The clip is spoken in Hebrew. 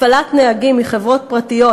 הפעלת נהגים מחברות פרטיות,